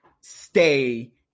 stay